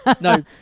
No